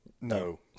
no